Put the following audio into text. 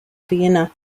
vienna